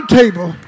table